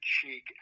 cheek